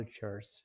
cultures